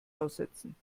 aussetzen